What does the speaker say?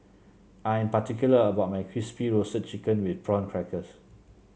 I am particular about my Crispy Roasted Chicken with Prawn Crackers